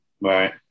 Right